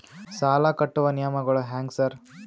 ಸಾಲ ಕಟ್ಟುವ ನಿಯಮಗಳು ಹ್ಯಾಂಗ್ ಸಾರ್?